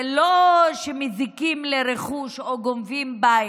זה לא שמזיקים לרכוש או גונבים בית,